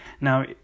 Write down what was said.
Now